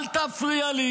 אל תפריע לי.